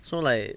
so like